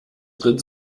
drin